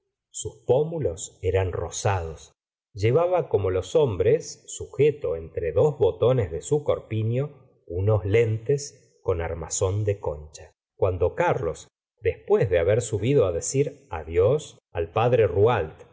sus pómulos eran rosados llevaba como los hombres sujeto entre dos botones de su corpino unos lentes con armazón de concha cuando carlos después de haber subido decir adiós al padre